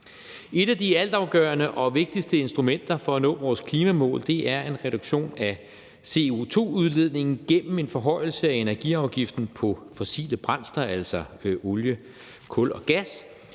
Et af de altafgørende og vigtigste instrumenter for at nå vores klimamål er en reduktion af CO2-udledningen gennem en forhøjelse af energiafgiften på fossile brændsler, altså olie, kul og gas.